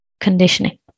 conditioning